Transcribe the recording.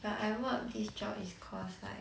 but I work this job is cause like